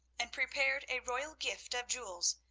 and prepared a royal gift of jewels,